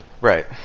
Right